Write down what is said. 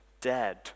dead